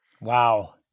Wow